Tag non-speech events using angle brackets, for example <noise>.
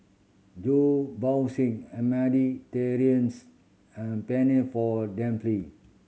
John bought <unintelligible> a Mediterraneans and Penne for Dimple